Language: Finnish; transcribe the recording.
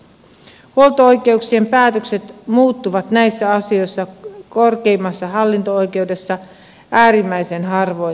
huolto oikeuksien päätökset muuttuvat näissä asioissa korkeimmassa hallinto oikeudessa äärimmäisen harvoin